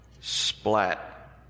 splat